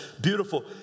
beautiful